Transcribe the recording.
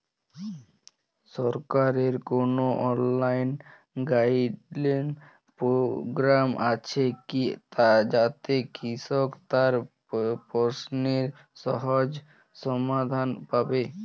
সরকারের কোনো online guidance programme আছে কি যাতে কৃষক তার প্রশ্নের সহজ সমাধান পাবে?